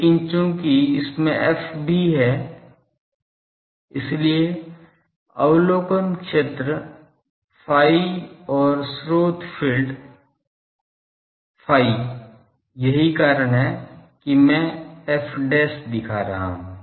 लेकिन चूंकि इसमें f भी है इसलिए अवलोकन क्षेत्र phi और स्रोत फ़ील्ड phi यही कारण है कि मैं f दिखा रहा हूं